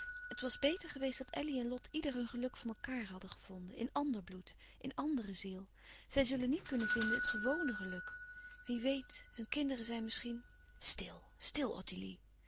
het was beter geweest dat elly en lot ieder hun geluk van elkaâr hadden gevonden in ander bloed in andere ziel zij zullen niet kunnen vinden het gewne geluk wie weet hun kinderen zijn misschien stil stil ottilie